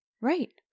Right